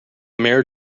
mare